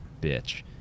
bitch